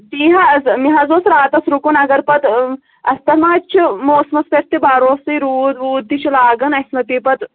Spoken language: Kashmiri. بیٚیہِ حظ مےٚ حظ اوس راتَس رُکُن اگر پَتہٕ اَسہِ پٮ۪ٹھ ما حظ چھُ موسمَس پٮ۪ٹھ تہِ بروسٕے روٗد ووٗد تہِ چھِ لاگان اَسہِ ما پیٚیہِ پَتہٕ